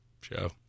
show